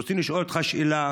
ברצוני לשאול אותך שאלות: